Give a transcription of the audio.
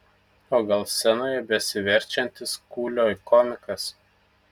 o gal scenoje besiverčiantis kūlio komikas